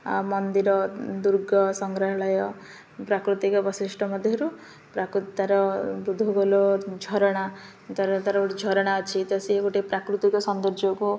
ଆ ମନ୍ଦିର ଦୁର୍ଗ ସଂଗ୍ରହାଳୟ ପ୍ରାକୃତିକ ବିଶିଷ୍ଟ ମଧ୍ୟରୁ ତା'ର ବୃଦ୍ଧଖୋଲ ଝରଣା ତା'ର ତା'ର ଗୋଟେ ଝରଣା ଅଛି ତ ସିଏ ଗୋଟେ ପ୍ରାକୃତିକ ସୌନ୍ଦର୍ଯ୍ୟକୁ